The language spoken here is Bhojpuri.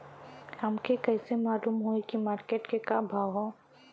हमके कइसे मालूम होई की मार्केट के का भाव ह?